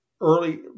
early